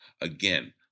Again